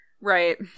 Right